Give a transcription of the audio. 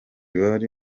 bari